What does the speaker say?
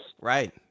Right